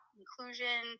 inclusion